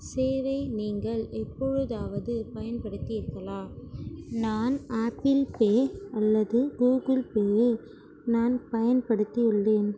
சேவை நீங்கள் எப்பொழுதாவது பயன்படுத்தீர்களா நான் ஆப்பிள் பே அல்லது கூகுள் பேயை நான் பயன்படுத்தி உள்ளேன்